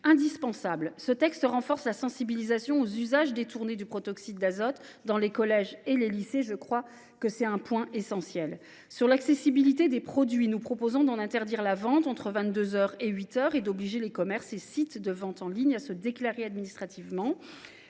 ce texte renforce la sensibilisation aux usages détournés du protoxyde d’azote dans les collèges et lycées ; c’est un point essentiel. Pour réduire l’accessibilité à ces produits, nous proposons d’en interdire la vente entre vingt deux heures et huit heures et d’obliger les commerces et sites de vente en ligne à se déclarer administrativement.